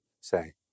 say